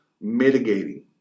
mitigating